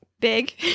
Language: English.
big